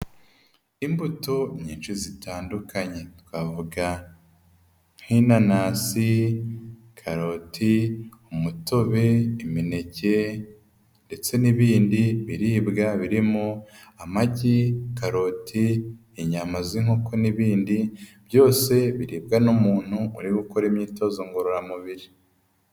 Imbuto nyinshi zitandukanye twavuga nk'inanasi, karoti, umutobe, imineke ndetse n'ibindi biribwa birimo amagi, karoti, inyama z'inkoko n'ibindi, byose biribwa n'umuntu uri gukora imyitozo ngororamubiri.